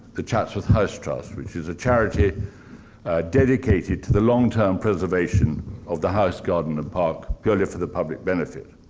the chatsworth house trust, which is a charity dedicated to the long-term preservation of the house, garden, and park, purely for the public benefit.